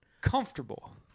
comfortable